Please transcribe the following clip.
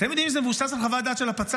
אתם יודעים אם זה מבוסס על חוות הדעת של הפצ"רית?